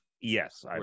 yes